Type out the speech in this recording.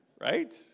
Right